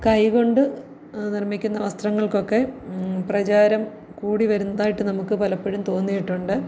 കൈകൊണ്ട് നിർമ്മിക്കുന്ന വസ്ത്രങ്ങൾക്കൊക്കെ പ്രചാരം കൂടി വരുന്നതായിട്ട് നമുക്ക് പലപ്പോഴും തോന്നിയിട്ടുണ്ട്